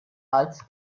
als